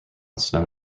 snow